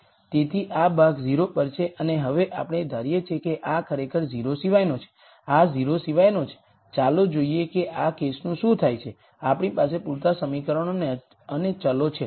તેથી આ ભાગ 0 પર છે અને હવે આપણે ધારીએ કે આ ખરેખર 0 સિવાયનો છે આ 0 સિવાયનો છે ચાલો જોઈએ કે આ કેસનું શું થાય છે આપણી પાસે પૂરતા સમીકરણો અને ચલો છે